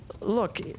Look